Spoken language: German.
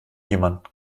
jemand